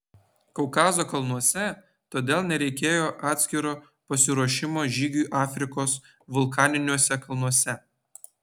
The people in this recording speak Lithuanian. kaukazo kalnuose todėl nereikėjo atskiro pasiruošimo žygiui afrikos vulkaniniuose kalnuose